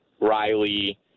Riley